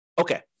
Okay